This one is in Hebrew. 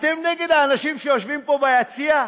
אתם נגד האנשים שיושבים פה ביציע?